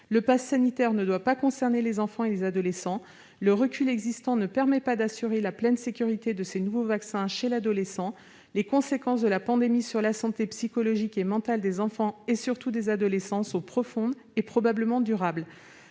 le passe sanitaire ne devait pas concerner les adolescents et les enfants :« Le recul existant ne permet pas d'assurer la pleine sécurité de ces nouveaux vaccins chez l'adolescent. [...] Les conséquences de la pandémie sur la santé psychologique et mentale des enfants, et surtout des adolescents, sont profondes et probablement durables.